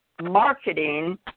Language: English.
marketing